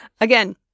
Again